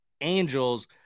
angels